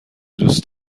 دوست